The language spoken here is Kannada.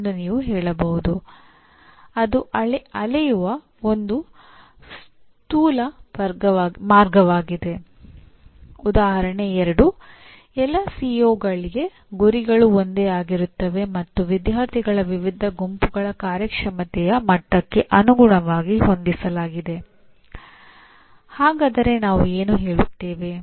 ಇವು ಪದವೀಧರರ ಪದವಿ ಗ್ರಹಣದ ನಂತರ ನಾಲ್ಕರಿಂದ ಐದು ವರ್ಷಗಳಲ್ಲಿ ಅವರ ವೃತ್ತಿ ಮತ್ತು ವೃತ್ತಿಪರ ಸಾಧನೆಗಳನ್ನು ವಿವರಿಸುವ ವಿಶಾಲ ಹೇಳಿಕೆಗಳಾಗಿವೆ